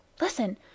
Listen